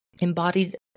embodied